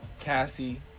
Cassie